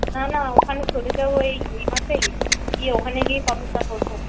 না না ওখানে চলে যাব এই মাসেই গিয়ে ওখানে গিয়ে শপিংটা করব